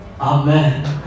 Amen